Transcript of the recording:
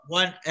one